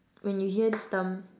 when you hear this term